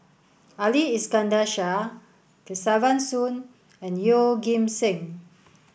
Ali Iskandar Shah Kesavan Soon and Yeoh Ghim Seng